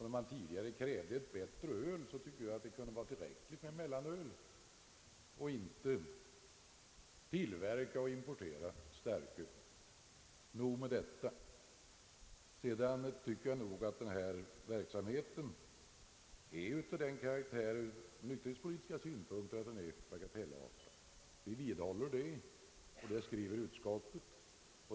När man tidigare krävde ett bättre öl, tycker jag det kunde varit tillräckligt med mellanöl och att vi inte borde tillverka och importera starköl. Nog om detta. Sedan anser jag att denna försöksverksamhet är av den karaktären att den från nykterhetspolitiska synpunkter är bagatellartad. Vi vidhåller det, och det skriver utskottet.